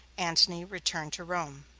antony returned to rome.